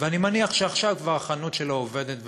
ואני מניח שעכשיו כבר החנות שלו עובדת ופתוחה.